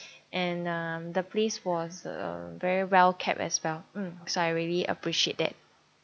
and um the place was um very well kept as well mm so I really appreciate that